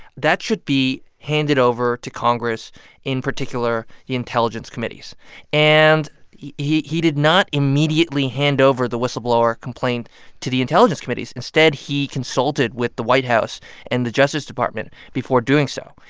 that should be handed over to congress in particular, the intelligence committees and he he did not immediately hand over the whistleblower complaint to the intelligence committees. instead, he consulted with the white house and the justice department before doing so.